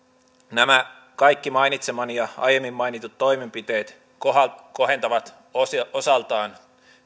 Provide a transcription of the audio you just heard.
nämä kaikki mainitsemani ja aiemmin mainitut toimenpiteet kohentavat kohentavat osaltaan